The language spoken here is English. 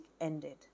ended